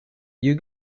you